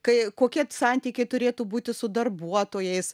kai kokie santykiai turėtų būti su darbuotojais